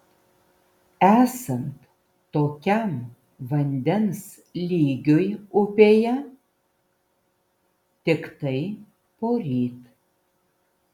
esant tokiam vandens lygiui upėje tiktai poryt